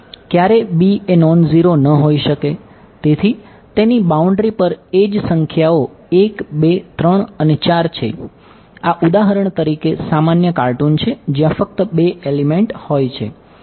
ક્યારે b એ non zero ન હોઈ શકે